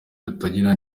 rutagungira